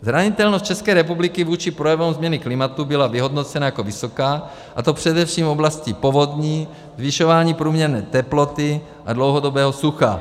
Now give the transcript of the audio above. Zranitelnost České republiky vůči projevům změny klimatu byla vyhodnocena jako vysoká, a to především v oblasti povodní, zvyšování průměrné teploty a dlouhodobého sucha.